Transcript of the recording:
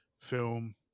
film